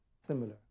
similar